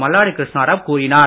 மல்லாடி கிருஷ்ணராவ் கூறினார்